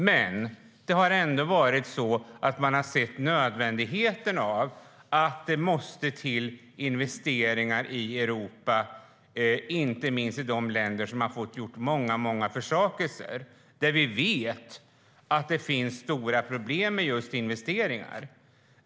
Men man har insett att investeringar i Europa är nödvändiga, inte minst i de länder som fått göra många försakelser och där vi vet att det finns stora problem med investeringar.